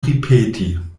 ripeti